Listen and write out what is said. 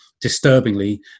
disturbingly